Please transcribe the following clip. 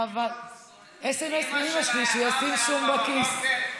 אימא שלך ערה ב-04:00?